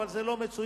אבל זה לא מצוין,